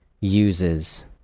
uses